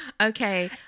Okay